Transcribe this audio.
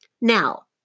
Now